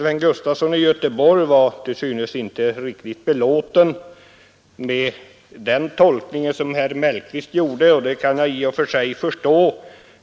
Herr Gustafson i Göteborg var inte riktigt belåten med den tolkning herr Mellqvist gjorde, och det kan jag förstå.